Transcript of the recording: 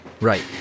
Right